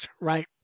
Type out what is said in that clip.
right